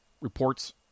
reports